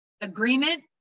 agreement